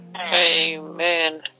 Amen